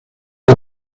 del